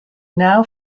now